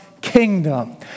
kingdom